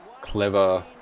clever